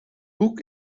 boek